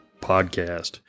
podcast